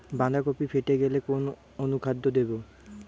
বাঁধাকপি ফেটে গেলে কোন অনুখাদ্য দেবো?